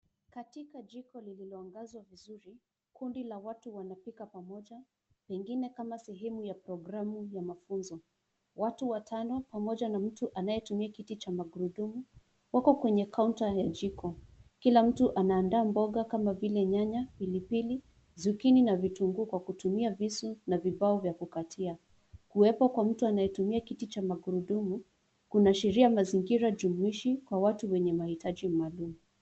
Katika jiko lililoangazwa vizuri, kundi la watu wanapika pamoja, pengine kama sehemu ya programu ya mafunzo. Watu watano pamoja na mtu anayetumia kiti cha magurudumu wako kwenye counter ya jiko. Kila mtu anaandaa mboga kama vile nyanya, pilipili, zukini na vitunguu kwa kutumia visu na vibao vya kukatia. Kuwepo kwa mtu anayetumia kiti cha magurudumu kunaashiria mazingira jumuishi kwa watu wenye mahitaji maalum.